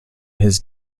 his